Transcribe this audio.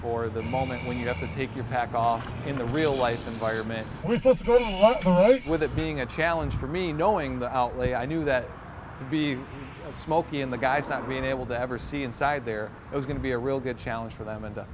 for the moment when you have to take your pack off in the real life environment we've come up with it being a challenge for me knowing the outlay i knew that to be smokey and the guys not being able to ever see inside there was going to be a real good challenge for them